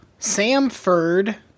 Samford